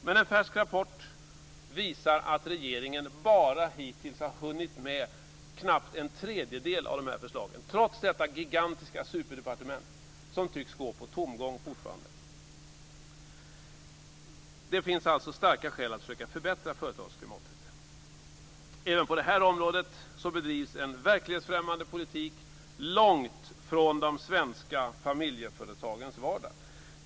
Men en färsk rapport visar att regeringen hittills bara hunnit genomföra knappt en tredjedel av förslagen, trots det gigantiska superdepartementet, som fortfarande tycks gå på tomgång. Det finns alltså starka skäl för att försöka förbättra företagsklimatet. Även på detta område bedrivs en verklighetsfrämmande politik långt från de svenska familjeföretagarnas vardag.